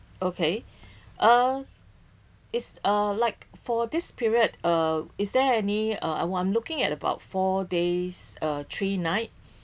okay uh it's uh like for this period uh is there any uh well I'm looking at about four days three nights